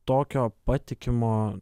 tokio patikimo